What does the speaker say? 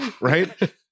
right